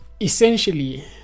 essentially